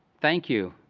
thank you,